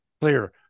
clear